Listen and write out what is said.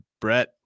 Brett